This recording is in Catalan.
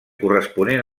corresponent